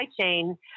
chain